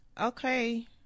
Okay